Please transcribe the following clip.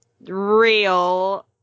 real